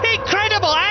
Incredible